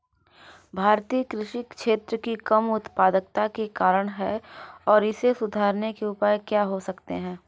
भारतीय कृषि क्षेत्र की कम उत्पादकता के क्या कारण हैं और इसे सुधारने के उपाय क्या हो सकते हैं?